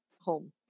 home